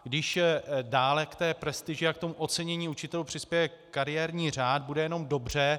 Když dále k té prestiži a k tomu ocenění učitelů přispěje kariérní řád, bude jenom dobře.